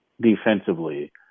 defensively